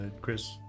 Chris